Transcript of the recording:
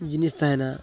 ᱡᱤᱱᱤᱥ ᱛᱟᱦᱮᱱᱟ